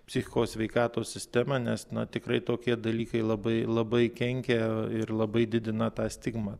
psichikos sveikatos sistemą nes na tikrai tokie dalykai labai labai kenkia ir labai didina tą stigmą